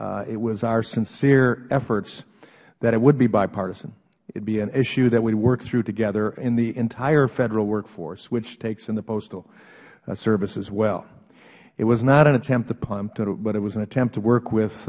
chair it was our sincere efforts that it would be bipartisan it would be an issue that we work through together in the entire federal workforce which takes in the postal service as well it was not an attempt to punt but it was an attempt to work with